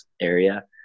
area